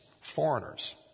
foreigners